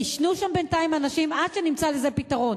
יישנו שם בינתיים אנשים עד שנמצא לזה פתרון.